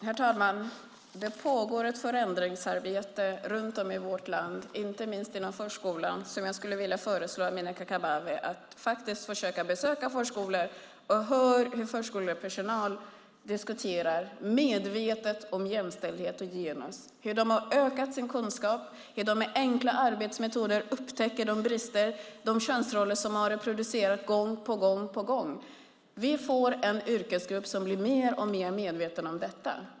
Herr talman! Runt om i vårt land pågår ett förändringsarbete, inte minst inom förskolan. Jag skulle vilja föreslå Amineh Kakabaveh att försöka besöka förskolor för att höra hur förskolepersonalen medvetet diskuterar jämställdhet och genus samt hur de ökat sin kunskap och hur de med enkla arbetsmetoder upptäcker de brister och könsroller som reproducerats gång på gång på gång. Vi får en yrkesgrupp som blir mer och mer medveten om detta.